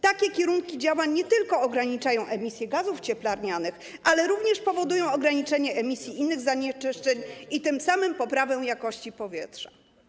Takie kierunki działań nie tylko ograniczają emisję gazów cieplarnianych, ale również powodują ograniczenie emisji innych zanieczyszczeń i tym samym poprawę jakości powietrza.